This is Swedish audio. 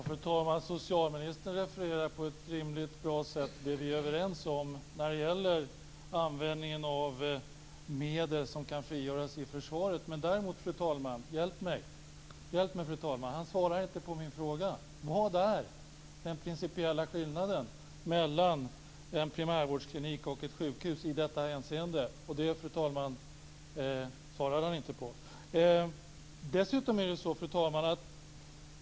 Fru talman! Socialministern refererar på ett rimligt, bra sätt det vi är överens om när det gäller användningen av medel som kan frigöras i försvaret. Fru talman! Men hjälp mig, fru talman. Han svarar inte på min fråga. Vad är den principiella skillnaden mellan en primärvårdsklinik och ett sjukhus i detta hänseende? Den frågan svarade han inte på. Fru talman!